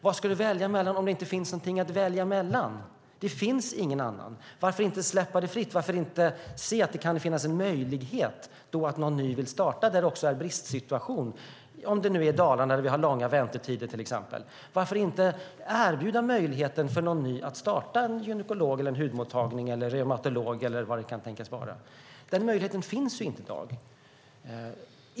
Vad ska vi välja mellan om det inte finns någonting att välja mellan, om det inte finns någon annan? Varför inte släppa det fritt? Varför inte se att det finns en möjlighet att någon vill starta där det är en bristsituation, till exempel i Dalarna där väntetiderna är långa? Varför inte erbjuda någon möjligheten att starta en gynekologmottagning, hudmottagning, reumatologimottagning eller vad det kan tänkas vara? Den möjligheten finns inte i dag.